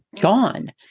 gone